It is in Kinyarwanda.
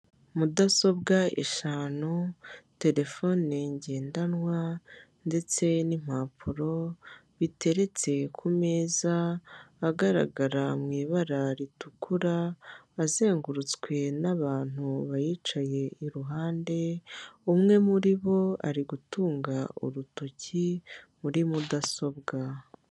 Mudasobwa eshanu terefone ngendanwa ndetse n'impapuro biteretse ku meza agaragara mu ibara ritukura azengurutswe n'abantu bayicaye iruhande, umwe muri bo ari gutunga urutoki muri mudasobwa.